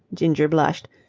ginger blushed.